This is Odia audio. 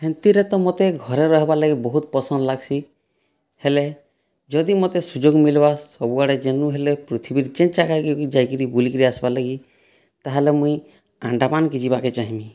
ହେନ୍ତିରେ ତ ମୋତେ ଘରେ ରହିବାର ଲାଗି ବହୁତ୍ ପସନ୍ଦ ଲାଗସି ହେଲେ ଯଦି ମୋତେ ସୁଯୋଗ ମିଲବା ସବୁଆଡ଼େ ଯେନେ ହେଲେ ପୃଥିବୀରେ ଯେ ଜାଗାକେ ଯାଇକିରି ବୁଲିକିରି ଆସବା ଲାଗି ତାହେଲେ ମୁଇଁ ଆଣ୍ଡାମାନ କେ ଯିବାକେ ଚାହିଁମି